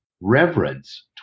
reverence